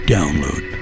Download